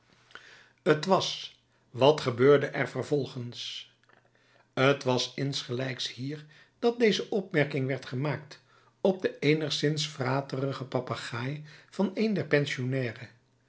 t was wat gebeurde er vervolgens t was insgelijks hier dat deze opmerking werd gemaakt op den eenigszins vratigen papegaai van een der pensionnairen